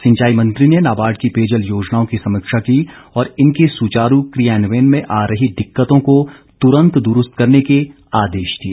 सिंचाई मंत्री ने नाबार्ड की पेयजल योजनाओं की समीक्षा की और इनके सुचारू क्रियान्वयन में आ रही दिक्कतों को तुरंत दुरूस्त करने के आदेश दिए